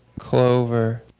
clover